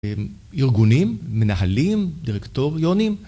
ארגונים, מנהלים, דירקטוריונים.